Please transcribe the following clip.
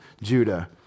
judah